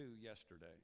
yesterday